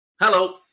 Hello